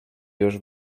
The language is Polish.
już